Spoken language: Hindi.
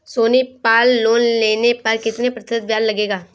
सोनी पल लोन लेने पर कितने प्रतिशत ब्याज लगेगा?